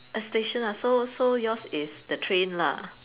a station lah so so yours is the train lah